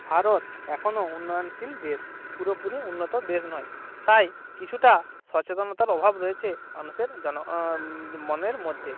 ভারত এখনও উন্নয়নশীল দেশ পুরোপুরি উন্নত দেশ নয় তাই কিছুটা সচেতনতার অভাব রয়েছে মানুষের জন মনের মধ্যে